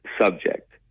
subject